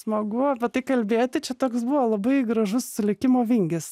smagu apie tai kalbėti čia toks buvo labai gražus likimo vingis